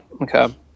okay